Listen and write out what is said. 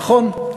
נכון,